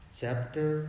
chapter